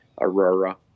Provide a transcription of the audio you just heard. aurora